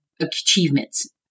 achievements